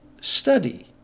study